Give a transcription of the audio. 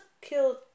killed